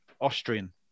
Austrian